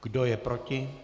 Kdo je proti?